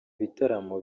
bitaramo